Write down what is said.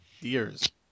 years